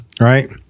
Right